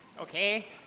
okay